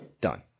done